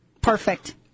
Perfect